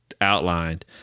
outlined